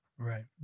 Right